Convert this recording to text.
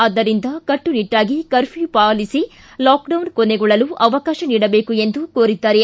ಆದ್ಲರಿಂದ ಕಟ್ಟುನಿಟ್ಸಾಗಿ ಕರ್ಫ್ಯೂ ಪಾಲಿಸಿ ಲಾಕ್ಡೌನ್ ಕೊನೆಗೊಳ್ಳಲು ಅವಕಾಶ ನೀಡಬೇಕು ಎಂದು ಕೋರಿದ್ನಾರೆ